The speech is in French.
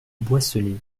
boisselée